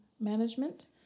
management